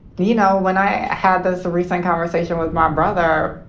you know, when i had this recent conversation with my brother,